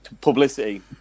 publicity